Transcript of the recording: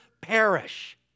perish